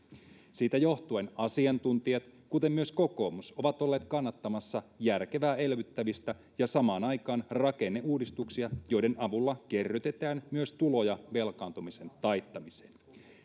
siitä johtuen asiantuntijat kuten myös kokoomus ovat olleet kannattamassa järkevää elvyttämistä ja samaan aikaan rakenneuudistuksia joiden avulla kerrytetään myös tuloja velkaantumisen taittamiseen